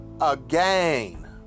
again